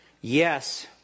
Yes